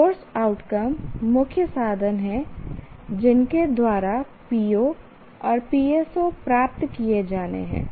course outcome मुख्य साधन हैं जिनके द्वारा PO और PSO प्राप्त किए जाने हैं